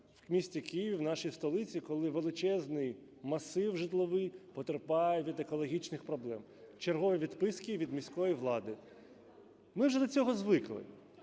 в місті Києві, в нашій столиці, коли величезний масив житловий потерпає від екологічних проблем. Чергові відписки від міської влади. Ми вже до цього звикли.